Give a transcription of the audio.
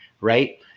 right